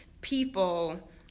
people